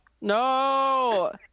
No